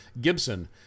Gibson